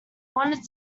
wanted